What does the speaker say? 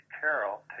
Carol